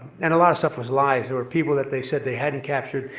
and a lot of stuff was lies. there were people that they said they hadn't captured.